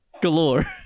galore